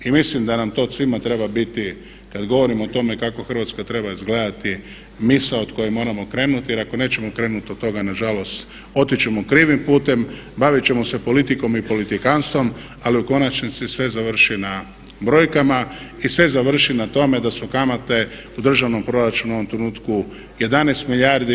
I mislim da nam to svima treba biti kad govorimo o tome kako Hrvatska treba izgledati misao od koje moramo krenuti, jer ako nećemo krenuti od toga nažalost otići ćemo krivim putem, bavit ćemo se politikom i politikantstvom ali u konačnici sve završi na brojkama i sve završi na tome da su kamate u državnom proračunu u ovom trenutku 11 milijardi.